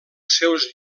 seus